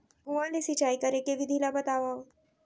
कुआं ले सिंचाई करे के विधि ला बतावव?